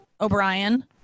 O'Brien